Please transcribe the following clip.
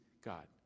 God